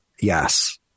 Yes